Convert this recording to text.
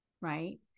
right